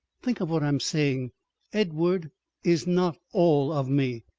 think of what i am saying edward is not all of me.